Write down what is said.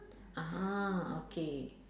ah okay